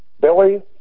Billy